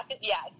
Yes